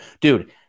dude